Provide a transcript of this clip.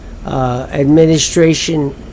Administration